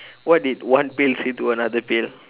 what did one pail say to another pail